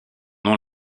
nom